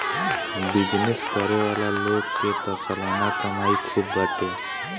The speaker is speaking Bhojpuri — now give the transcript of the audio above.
बिजनेस करे वाला लोग के तअ सलाना कमाई खूब बाटे